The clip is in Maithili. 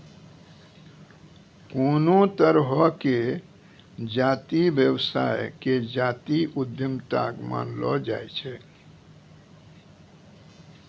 कोनो तरहो के जातीय व्यवसाय के जातीय उद्यमिता मानलो जाय छै